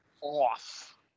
off